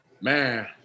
Man